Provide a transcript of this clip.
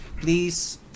please